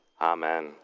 amen